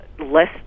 Less